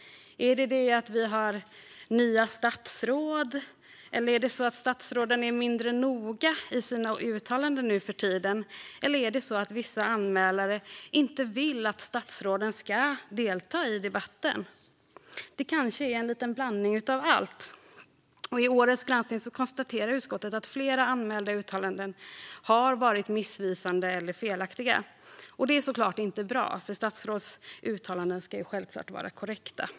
Är det att vi har nya statsråd, att statsråden är mindre noga i sina uttalanden nuförtiden, eller är det så att vissa anmälare inte vill att statsråden ska delta i debatten? Det kanske är en liten blandning av allt. I årets granskning konstaterar utskottet att flera anmälda uttalanden har varit missvisande eller felaktiga. Det är såklart inte bra, för statsråds uttalanden ska ju självklart vara korrekta.